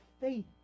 faith